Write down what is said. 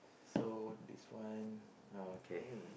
so this one oh okay